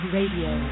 Radio